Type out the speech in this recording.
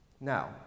Now